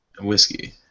Whiskey